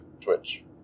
Twitch